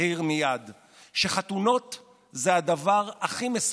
הצהיר מייד שחתונות זה הדבר הכי מסוכן.